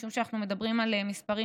משום שאנחנו מדברים על מספרים,